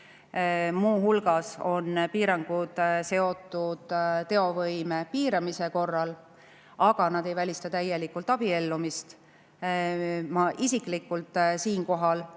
Muu hulgas on piirangud piiratud teovõime korral, aga need ei välista täielikult abiellumist. Ma isiklikult siinkohal